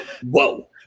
Whoa